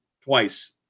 twice